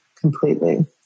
completely